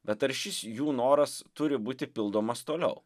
bet ar šis jų noras turi būti pildomas toliau